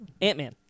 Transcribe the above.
Ant-Man